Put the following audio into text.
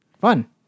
fun